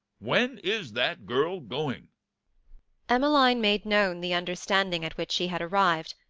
when is that girl going emmeline made known the understanding at which she had arrived,